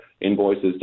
invoices